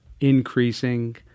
increasing